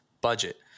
budget